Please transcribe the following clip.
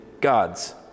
gods